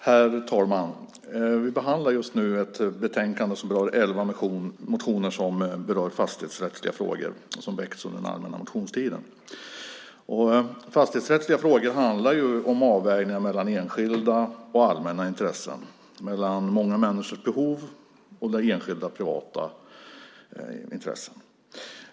Herr talman! Just nu debatterar vi ett betänkande där elva motioner behandlas som rör fastighetsrättsliga frågor och som väcktes under den allmänna motionstiden. Fastighetsrättsliga frågor handlar om avvägningar mellan enskilda och allmänna intressen, mellan många människors behov och enskilda, privata, intressen.